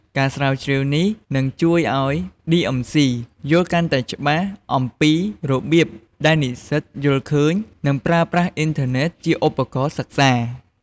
ការស្រាវជ្រាវនេះនឹងជួយឱ្យ ឌីអឹមស៊ី (DMC) យល់កាន់តែច្បាស់អំពីរបៀបដែលនិស្សិតយល់ឃើញ និងប្រើប្រាស់អ៊ីនធឺណិតជាឧបករណ៍សិក្សា។